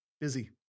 Busy